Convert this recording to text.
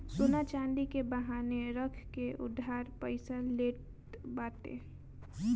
सोना चांदी के बान्हे रख के उधार पईसा लेत बाटे